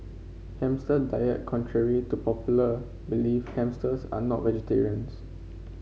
hamster diet Contrary to popular belief hamsters are not vegetarians